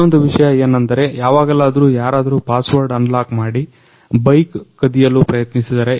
ಇನ್ನೊಂದು ವಿಷಯ ಏನಂದ್ರೆ ಯಾವಾಗಲಾದ್ರು ಯಾರಾದ್ರು ಪಾಸ್ವರ್ಡ್ ಅನ್ಲಾಕ್ ಮಾಡಿ ಬೈಕ್ ಕದಿಯಲು ಪ್ರಯತ್ನಿಸಿದರೆ